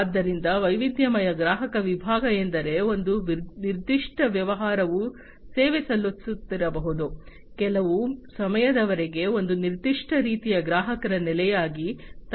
ಆದ್ದರಿಂದ ವೈವಿಧ್ಯಮಯ ಗ್ರಾಹಕ ವಿಭಾಗ ಎಂದರೆ ಒಂದು ನಿರ್ದಿಷ್ಟ ವ್ಯವಹಾರವು ಸೇವೆ ಸಲ್ಲಿಸುತ್ತಿರಬಹುದು ಕೆಲವು ಸಮಯದವರೆಗೆ ಒಂದು ನಿರ್ದಿಷ್ಟ ರೀತಿಯ ಗ್ರಾಹಕರ ನೆಲೆಯಾಗಿದೆ